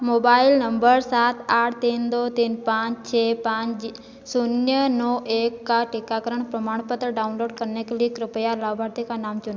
mobile नंबर सात आठ तीन दो तीन पान छः पाँच ज शून्य नौ एक का टीकाकरण प्रमाणपत्र डाउनलोड करने के लिए कृपया लाभार्थी का नाम चुनें